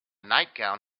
nightgown